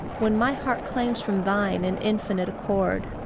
when my heart claims from thine an infinite accord.